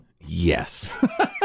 Yes